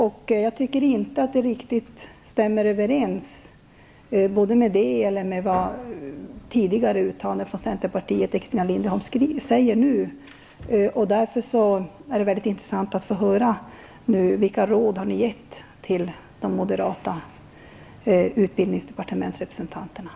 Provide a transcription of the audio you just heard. Och jag tycker att det som Christina Linderholm nu säger inte riktigt överensstämmer med vad som står i denna tidning eller med tidigare uttalanden från centern. Därför vore det mycket intressant att nu få höra vilka råd som centern har gett till de moderata representanterna i utbildningsdepartementet.